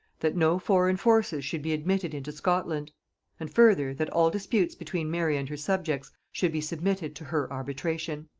that no foreign forces should be admitted into scotland and further, that all disputes between mary and her subjects should be submitted to her arbitration.